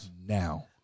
now